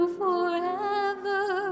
forever